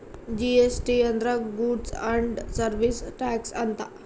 GST ಅಂದ್ರ goods and service tax ಅಂತ